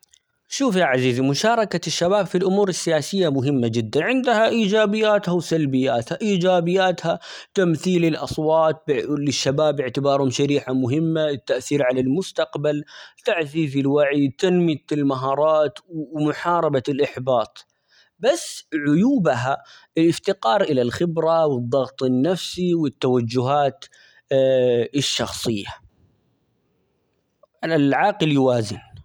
شوف يا عزيزي مشاركة الشباب في الأمور السياسية مهمة جدا ،عندها إيجابياتها ،و سلبياتها ، إيجابياتها تمثيل الأصوات -بال- للشباب باعتبارهم شريحة مهمة، التأثير على المستقبل، تعزيز الوعي ،تنمية المهارات ،-و-ومحاربة الإحباط ، بس عيوبها الإفتقار إلى الخبرة والضغط النفسي والتوجهات الشخصية، العاقل يوازن.